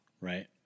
Right